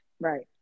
right